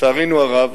לצערנו הרב,